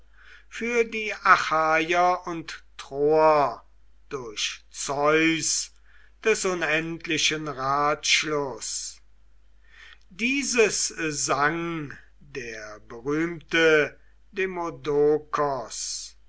für die achaier und troer durch zeus des unendlichen ratschluß dieses sang der berühmte